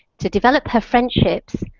to develop her friendships,